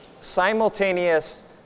simultaneous